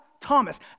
Thomas